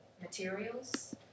materials